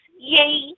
Yay